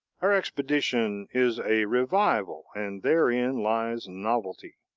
our expedition is a revival, and therein lies novelty.